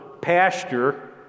pasture